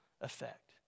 effect